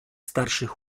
starszych